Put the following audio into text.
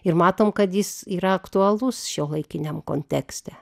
ir matom kad jis yra aktualus šiuolaikiniam kontekste